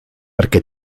perquè